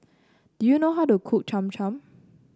do you know how to cook Cham Cham